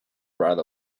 crowd